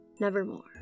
nevermore